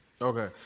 Okay